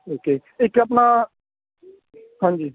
okay ਇੱਕ ਆਪਣਾ ਹਾਂਜੀ